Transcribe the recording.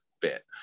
bit